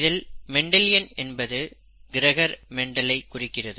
இதில் மெண்டலியன் என்பது Gregor Mendel ஐ குறிக்கிறது